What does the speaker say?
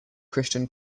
christian